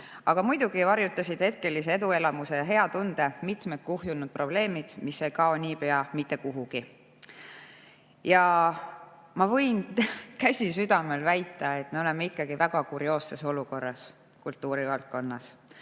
Aga muidugi varjutasid hetkelise eduelamuse ja hea tunde mitmed kuhjunud probleemid, mis ei kao niipea mitte kuhugi. Ja ma võin, käsi südamel, väita, et me oleme ikkagi väga kurioosses olukorras kultuurivaldkonnas.